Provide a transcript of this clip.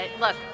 look